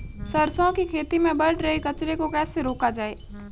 सरसों की खेती में बढ़ रहे कचरे को कैसे रोका जाए?